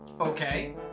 Okay